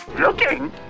Looking